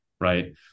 right